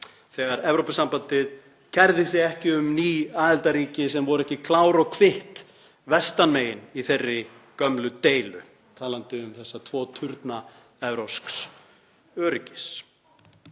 þegar Evrópusambandið kærði sig ekki um ný aðildarríki sem voru ekki klárt og kvitt vestan megin í þeirri gömlu deilu, talandi um þessa tvo turna evrópsks öryggis.